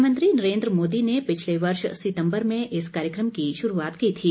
प्रधानमंत्री नरेन्द्र मोदी ने पिछले वर्ष सितंबर में इस कार्यक्रम की शुरूआत की थी